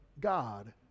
God